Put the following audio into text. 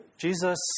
Jesus